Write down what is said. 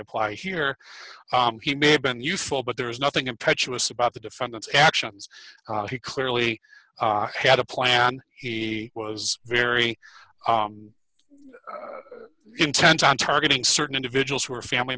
apply here he may have been useful but there is nothing impetuous about the defendant's actions he clearly had a plan he was very intent on targeting certain individuals who are family